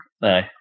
No